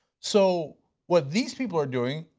so what these people are doing,